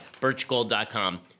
Birchgold.com